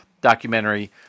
documentary